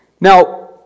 Now